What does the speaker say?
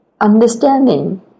understanding